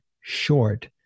short